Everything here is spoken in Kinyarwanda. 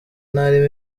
ntarimo